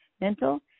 mental